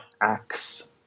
acts